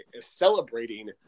celebrating